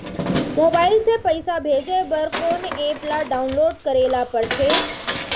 Mobile से पइसा भेजे बर कोन एप ल डाऊनलोड करे ला पड़थे?